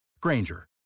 Granger